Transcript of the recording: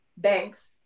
Banks